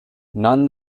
none